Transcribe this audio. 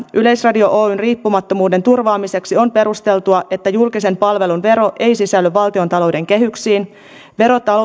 yleisradio oyn riippumattomuuden turvaamiseksi on perusteltua että julkisen palvelun vero ei sisälly valtiontalouden kehyksiin vero